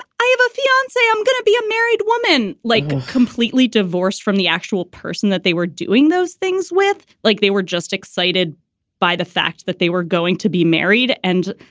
i have a fiancee, i'm going to be a married woman, like completely divorced from the actual person that they were doing those things with like they were just excited by the fact that they were going to be married. and,